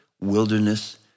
wilderness